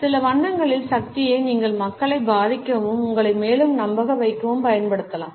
சில வண்ணங்களின் சக்தியை நீங்கள் மக்களைப் பாதிக்கவும் உங்களை மேலும் நம்பவைக்கவும் பயன்படுத்தலாம்